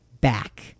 back